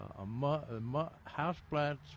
houseplants